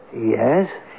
Yes